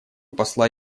посла